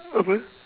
apa